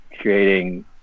creating